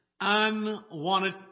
unwanted